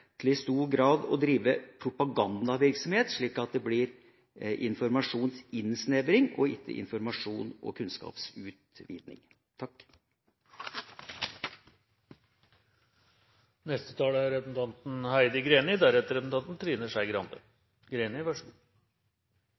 til i stor grad å drive propagandavirksomhet, slik at det blir informasjonsinnsnevring, og ikke informasjons- og kunnskapsutviding. I Senterpartiet er